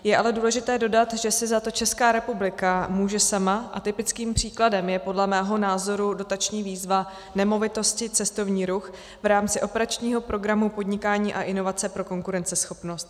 Je ale důležité dodat, že si za to Česká republika může sama, a typickým příkladem je podle mého názoru dotační výzva Nemovitosti, cestovní ruch v rámci operačního programu Podnikání a inovace pro konkurenceschopnost.